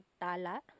tala